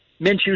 Minshew